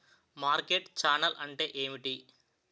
Market channel అంటే ఏమిటి?